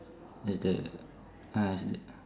the the ah